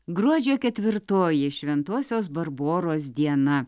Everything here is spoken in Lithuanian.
gruodžio ketvirtoji šventosios barboros diena